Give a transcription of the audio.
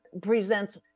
presents